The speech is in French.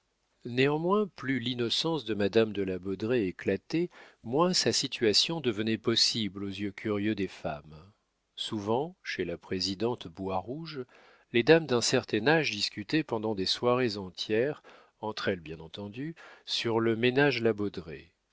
néanmoins plus l'innocence de madame de la baudraye éclatait moins sa situation devenait possible aux yeux curieux des femmes souvent chez la présidente boirouge les dames d'un certain âge discutaient pendant des soirées entières entre elles bien entendu sur le ménage la